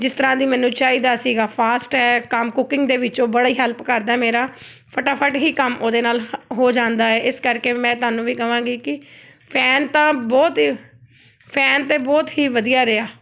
ਜਿਸ ਤਰ੍ਹਾਂ ਦੀ ਮੈਨੂੰ ਚਾਹੀਦਾ ਸੀਗਾ ਫਾਸਟ ਐ ਕੰਮ ਕੁਕਿੰਗ ਦੇ ਵਿੱਚ ਉਹ ਬੜਾ ਹੀ ਹੈਲਪ ਕਰਦਾ ਮੇਰਾ ਫਟਾਫਟ ਹੀ ਕੰਮ ਉਹਦੇ ਨਾਲ ਹ ਹੋ ਜਾਂਦਾ ਏ ਇਸ ਕਰਕੇ ਮੈਂ ਤੁਹਾਨੂੰ ਵੀ ਕਹਾਂਗੀ ਕਿ ਫੈਨ ਤਾਂ ਬਹੁਤ ਫੈਨ ਤਾਂ ਬਹੁਤ ਹੀ ਵਧੀਆ ਰਿਹਾ